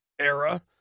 era